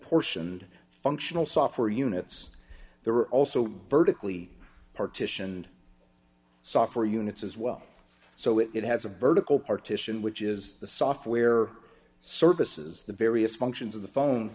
portioned functional software units there are also vertically partitioned software units as well so it has a vertical partition which is the software services the various functions of the phone